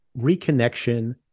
reconnection